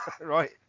Right